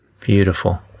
Beautiful